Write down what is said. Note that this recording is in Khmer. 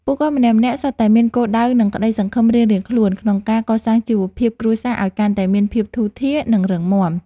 ពួកគាត់ម្នាក់ៗសុទ្ធតែមានគោលដៅនិងក្ដីសង្ឃឹមរៀងៗខ្លួនក្នុងការកសាងជីវភាពគ្រួសារឱ្យកាន់តែមានភាពធូរធារនិងរឹងមាំ។